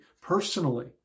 personally